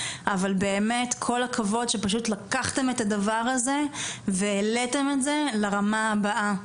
אבל כל הכבוד שלקחתם את הדבר הזה והעליתם את זה לרמה הבאה.